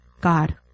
God